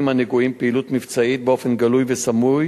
הנגועים פעילות מבצעית באופן גלוי וסמוי